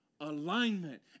alignment